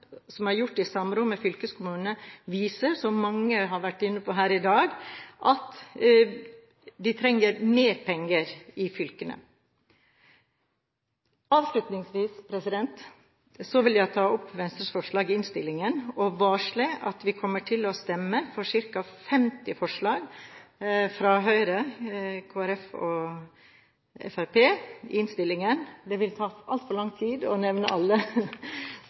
vegvesen har gjort i samråd med fylkeskommunene, viser, som mange har vært inne på her i dag, at de trenger mer penger i fylkene. Avslutningsvis vil jeg ta opp Venstres forslag i innstillingen og varsle at vi kommer til å stemme for ca. 50 forslag fra Høyre, Kristelig Folkeparti og Fremskrittspartiet i innstillingen. Det vil ta altfor lang tid å nevne alle,